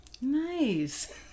Nice